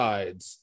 Sides